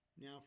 Now